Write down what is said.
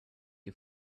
you